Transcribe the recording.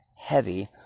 heavy